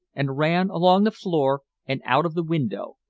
and ran along the floor and out of the window,